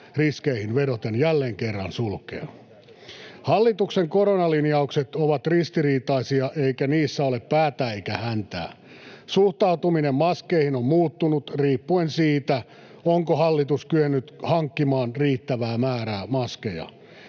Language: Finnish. riskeihin vedoten jälleen kerran sulkea? Hallituksen koronalinjaukset ovat ristiriitaisia, eikä niissä ole päätä eikä häntää. Suhtautuminen maskeihin on muuttunut riippuen siitä, onko hallitus kyennyt hankkimaan riittävää määrää maskeja.